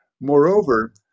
Moreover